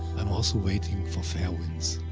i am also waiting for fair winds.